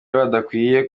bagakwiye